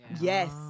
Yes